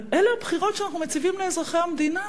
אבל אלה הבחירות שאנחנו מציבים לאזרחי המדינה.